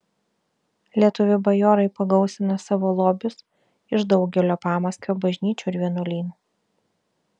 lietuvių bajorai pagausino savo lobius iš daugelio pamaskvio bažnyčių ir vienuolynų